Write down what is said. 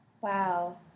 Wow